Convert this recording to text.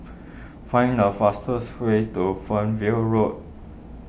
find the fastest way to Fernvale Road